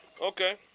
Okay